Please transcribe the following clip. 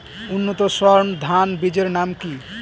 উন্নত সর্ন ধান বীজের নাম কি?